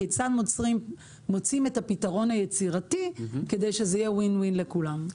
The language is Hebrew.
כיצד מוצאים את הפתרון היצירתי כדי שזה יהיה win-win לכולם.